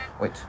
wait